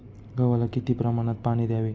गव्हाला किती प्रमाणात पाणी द्यावे?